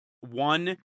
one